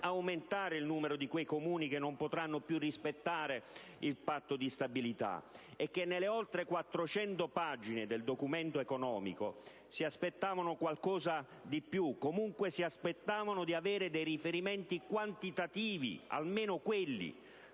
aumentare il numero di quei Comuni che non potranno più rispettare il Patto di stabilità e che nelle oltre 400 pagine del Documento economico si aspettavano qualcosa di più o, comunque, di avere almeno i riferimenti quantitativi dell'impatto